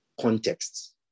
contexts